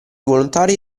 volontari